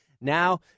Now